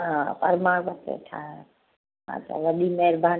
हा प्रमाण पत्र ठाहे हा त वॾी महिरबानी